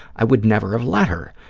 i would never have let her.